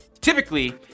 Typically